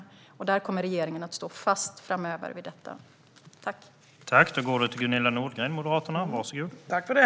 Regeringen kommer att stå fast vid detta framöver.